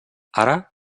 ara